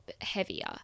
heavier